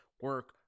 Work